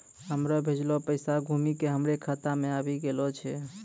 हमरो भेजलो पैसा घुमि के हमरे खाता मे आबि गेलो छै